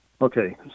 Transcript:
Okay